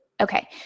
okay